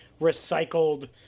recycled